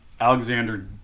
Alexander